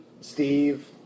Steve